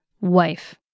wife